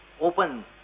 open